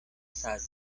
saĝo